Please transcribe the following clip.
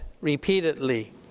repeatedly